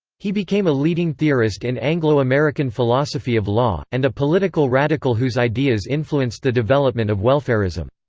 he became a leading theorist in anglo-american philosophy of law, and a political radical whose ideas influenced the development of welfarism.